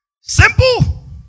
Simple